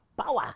Power